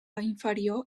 inferior